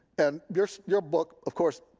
and your your book, of course,